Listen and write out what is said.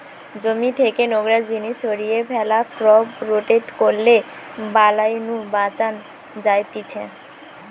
জমি থেকে নোংরা জিনিস সরিয়ে ফ্যালা, ক্রপ রোটেট করলে বালাই নু বাঁচান যায়তিছে